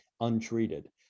untreated